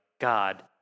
God